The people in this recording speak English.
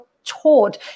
taught